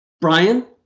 Brian